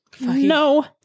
No